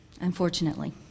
unfortunately